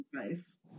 advice